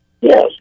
Yes